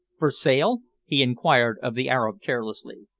for sale? he inquired of the arab carelessly.